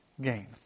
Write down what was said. gain